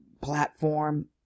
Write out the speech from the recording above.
platform